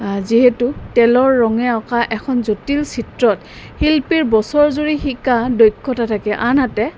যিহেতু তেলৰ ৰঙে অঁকা এখন জটিল চিত্ৰত শিল্পীৰ বছৰজুৰি শিকা দক্ষতা থাকে আনহাতে